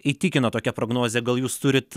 įtikino tokia prognozė gal jūs turit